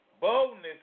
Boldness